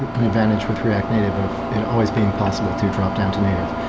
an advantage with react native of always being possible to dropdown to native,